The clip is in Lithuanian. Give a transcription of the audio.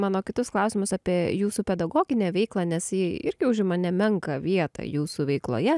mano kitus klausimus apie jūsų pedagoginę veiklą nes ji irgi užima nemenką vietą jūsų veikloje